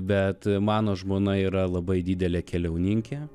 bet mano žmona yra labai didelė keliauninkė